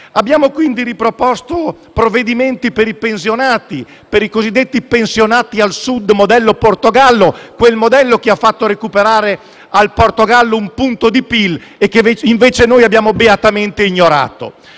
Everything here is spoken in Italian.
Abbiamo, quindi, riproposto provvedimenti per i pensionati, per i cosiddetti pensionati al Sud modello Portogallo, quel modello che ha fatto recuperare al Portogallo un punto di PIL e che invece noi abbiamo beatamente ignorato.